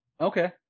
Okay